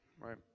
right